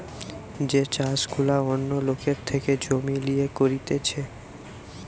যে চাষ গুলা অন্য লোকের থেকে জমি লিয়ে করতিছে